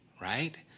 right